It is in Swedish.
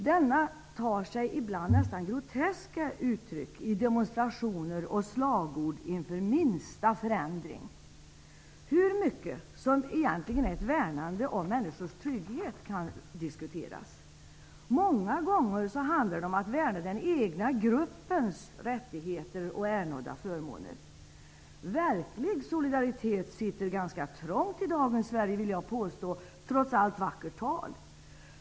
Denna tar sig ibland nästan groteska uttryck i demonstrationer och slagord inför minsta förändring. Hur mycket som egentligen är ett värnande om människors trygghet kan diskuteras. Många gånger handlar det om att värna den egna gruppens rättigheter och uppnådda förmåner. Verklig solidaritet sitter ganska trångt i dagens Sverige, vill jag påstå, trots allt vackert tal.